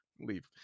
leave